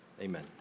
amen